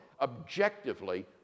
objectively